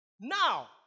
Now